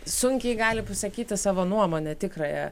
sunkiai gali pasakyti savo nuomonę tikrąją